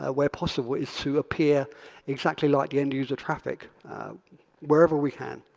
ah where possible, is to appear exactly like the end user traffic wherever we can.